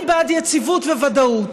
אני בעד יציבות וודאות.